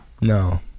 No